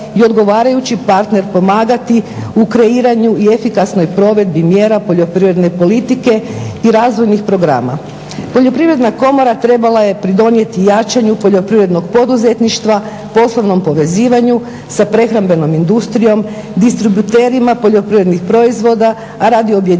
i odgovarajući partner pomagati u kreiranju i efikasnoj provedbi mjera poljoprivredne politike i razvojnih programa. Poljoprivredna komora trebala je pridonijeti jačanju poljoprivrednog poduzetništva, poslovnom povezivanju sa prehrambenom industrijom, distributerima poljoprivrednih proizvoda a radi objedinjavanja